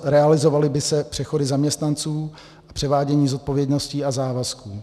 Realizovaly by se přechody zaměstnanců a převádění zodpovědností a závazků.